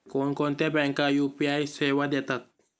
कोणकोणत्या बँका यू.पी.आय सेवा देतात?